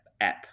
app